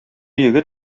егет